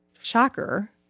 shocker